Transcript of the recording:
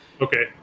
Okay